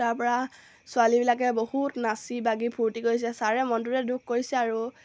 তাৰপৰা ছোৱালীবিলাকে বহুত নাচি বাগি ফূৰ্তি কৰিছে ছাৰে মনটোতে দুখ কৰিছে আৰু